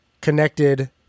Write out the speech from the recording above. connected